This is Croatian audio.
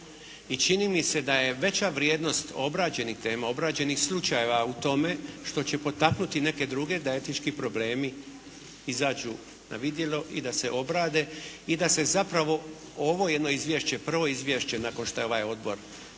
I čini mi se da je veća vrijednost obrađenih tema, obrađenih slučajeva u tome što će potaknuti neke druge da etički problemi izađu na vidjelo i da se obrade i da se zapravo ovo jedno izvješće, prvo izvješće nakon što je ovaj odbor,